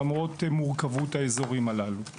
למרות מורכבות האזורים הללו;